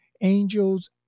Angels